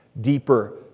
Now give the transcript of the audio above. deeper